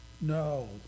No